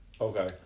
okay